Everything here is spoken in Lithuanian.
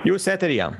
jūs eteryje